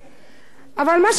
אבל מה שקורה פה,